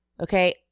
Okay